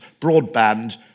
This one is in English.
broadband